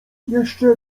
jeszcze